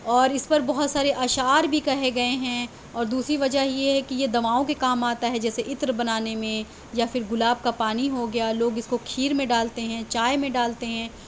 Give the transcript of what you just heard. اور اس پر بہت سارے اشعار بھی کہے گئے ہیں اور دوسری وجہ یہ ہے کہ یہ دواؤں کے کام آتا ہے جیسے عطر بنانے میں یا پھر گلاب کا پانی ہو گیا لوگ اس کو کھیر میں ڈالتے ہیں چائے میں ڈالتے ہیں